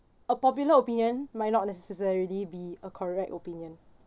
a popular opinion might not necessarily be a correct opinion